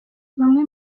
bamwe